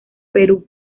perú